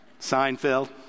Seinfeld